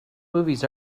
movies